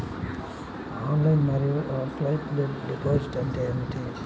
Online మరియు offline deposit అంటే ఏమిటి?